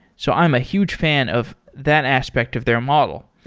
so i'm a huge fan of that aspect of their model.